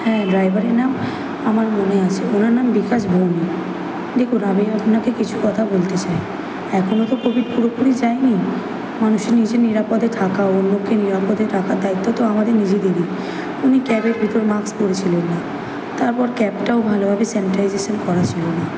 হ্যাঁ ড্রাইভারের নাম আমার মনে আছে ওনার নাম বিকাশ ভৌমিক দেখুন আমি আপনাকে কিছু কথা বলতে চাই এখনও তো কোভিড পুরোপুরি যায় নি মানুষের নিজে নিরাপদে থাকা ও অন্যকে নিরাপদে রাখার দায়িত্ব তো আমাদের নিজেদেরই উনি ক্যাবের ভিতর মাক্স পরেছিলেন না তারপর ক্যাবটাও ভালোভাবে স্যানিটাইজেশন করা ছিলো না